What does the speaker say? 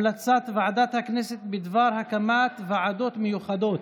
המלצת ועדת הכנסת בדבר הקמת ועדות מיוחדות.